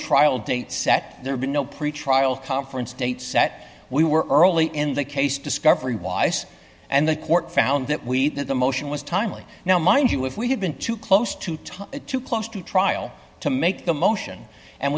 trial date set there been no pretrial conference date set we were early in the case discovery wise and the court found that we that the motion was timely now mind you if we had been too close to time to close to trial to make the motion and